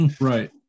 right